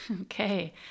Okay